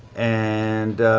and.